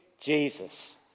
Jesus